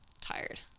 tired